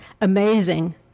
amazing